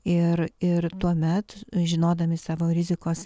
ir ir tuomet žinodami savo rizikos